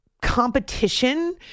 Competition